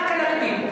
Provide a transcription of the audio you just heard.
רק על הריבית.